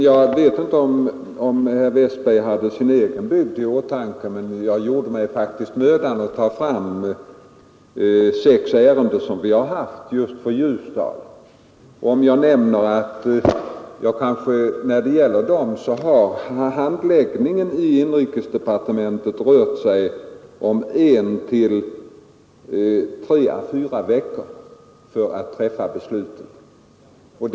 Jag vet inte om herr Westberg i Ljusdal hade sin egen bygd i åtanke Jag gjorde mig faktiskt mödan att ta fram sex ärenden som vi hade just från Ljusdal. När det gäller dessa ärenden har handläggningen i inrikesdepartementet tagit en till tre å fyra veckor, innan beslut fattats.